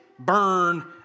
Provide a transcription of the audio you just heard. Burn